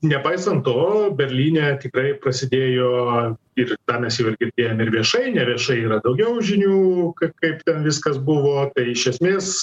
nepaisant to berlyne tikrai prasidėjo ir tą mes girdėjom ir viešai neviešai yra daugiau žinių kaip ten viskas buvo tai iš esmės